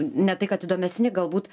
ne tai kad įdomesni galbūt